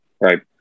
Right